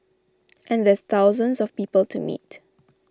and there's thousands of people to meet